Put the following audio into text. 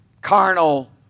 carnal